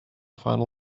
final